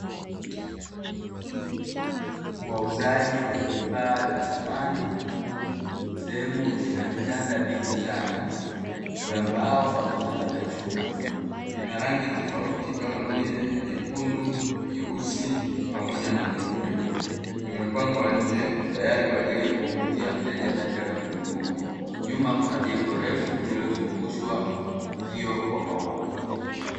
Wauzaaji wa vifaa vya samani. Sehemu ina vitanda vingi sana vya mbao pamoja na vya chuma. Vina rangi tofauti kama vile: nyekundu, nyeusi, pamoja na nyeupe. Vimepangwa nje, tayari kwa ajili ya kumvutia mteja anayetaka kununua. Nyuma kuna jengo refu lililozungushwa uzio wa maua.